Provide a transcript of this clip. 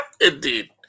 Indeed